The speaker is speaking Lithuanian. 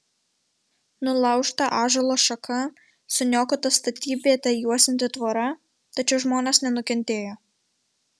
nulaužta ąžuolo šaka suniokota statybvietę juosianti tvora tačiau žmonės nenukentėjo